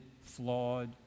flawed